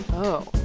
oh